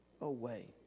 away